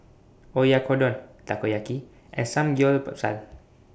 Oyakodon Takoyaki and Samgyeopsal